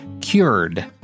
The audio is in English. cured